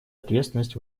ответственность